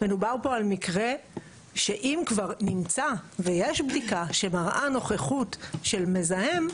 מדובר פה על מקרה שאם כבר נמצא ויש בדיקה שמראה נוכחות של מזהם,